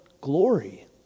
glory